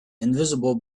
invisible